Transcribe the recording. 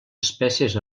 espècies